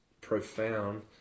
profound